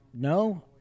No